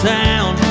town